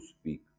speak